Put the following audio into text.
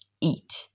eat